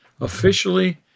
officially